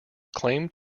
claimed